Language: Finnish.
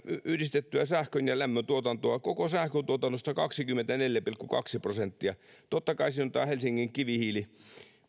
yhdistettyä sähkön ja lämmön tuotantoa koko sähkön tuotannosta kaksikymmentäneljä pilkku kaksi prosenttia totta kai siinä on tämä helsingin kivihiili